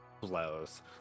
Blows